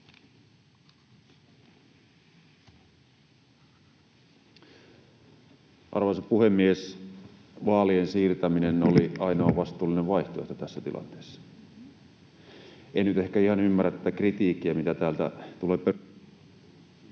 Arvoisa puhemies! Vaalien siirtäminen oli ainoa vastuullinen vaihtoehto tässä tilanteessa. En nyt ehkä ihan ymmärrä tätä kritiikkiä, mitä täältä tulee... [Sebastian